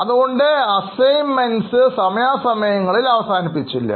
അതുകൊണ്ട് അസൈമെൻറ് സമയാസമയങ്ങളിൽ അവസാനിപ്പിച്ചില്ല